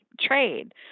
trade